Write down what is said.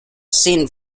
seen